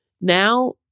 Now